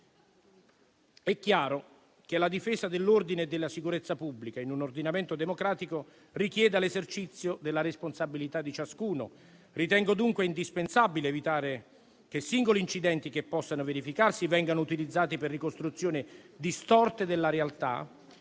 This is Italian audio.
È chiaro che la difesa dell'ordine e della sicurezza pubblica in un ordinamento democratico richiede l'esercizio della responsabilità di ciascuno. Ritengo dunque indispensabile evitare che singoli incidenti che possono verificarsi vengano utilizzati per ricostruzioni distorte della realtà,